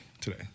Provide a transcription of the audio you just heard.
today